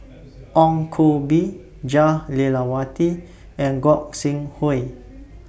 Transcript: Ong Koh Bee Jah Lelawati and Gog Sing Hooi